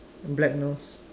black nose